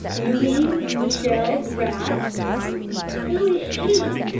louise michel's rats who is she?